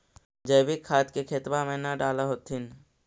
जैवीक खाद के खेतबा मे न डाल होथिं?